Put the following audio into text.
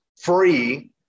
free